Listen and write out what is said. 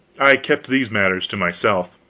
i kept these matters to myself.